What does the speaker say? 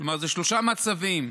כלומר אלה שלושה מצבים: